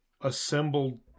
assembled